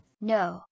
No